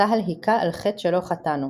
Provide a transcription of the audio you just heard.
צה"ל היכה על חטא שלא חטאנו,